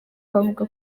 bavuga